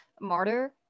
martyr